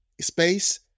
space